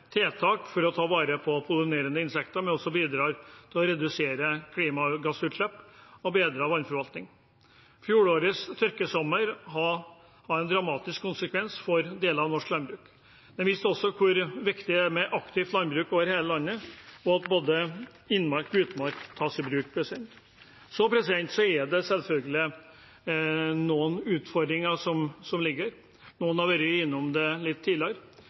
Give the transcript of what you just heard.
tiltak for å ta vare på pollinerende insekter, men bidrar også til å redusere klimagassutslipp og til en bedret vannforvaltning. Fjorårets tørkesommer fikk dramatiske konsekvenser for deler av norsk landbruk. Den viste også hvor viktig det er med aktivt landbruk over hele landet, og at både innmark og utmark tas i bruk. Så er det selvfølgelig noen utfordringer som ligger her – noen har vært innom det litt tidligere.